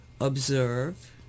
observe